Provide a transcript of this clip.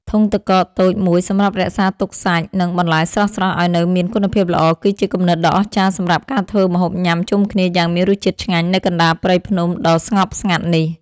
ធុងទឹកកកតូចមួយសម្រាប់រក្សាទុកសាច់ និង បន្លែស្រស់ៗឱ្យនៅមានគុណភាពល្អគឺជាគំនិតដ៏អស្ចារ្យសម្រាប់ការធ្វើម្ហូបញ៉ាំជុំគ្នាយ៉ាងមានរសជាតិឆ្ងាញ់នៅកណ្ដាលព្រៃភ្នំដ៏ស្ងប់ស្ងាត់នេះ។